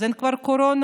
אז אין כבר קורונה?